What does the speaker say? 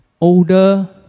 Older